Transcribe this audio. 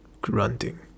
grunting